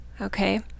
okay